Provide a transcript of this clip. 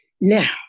Now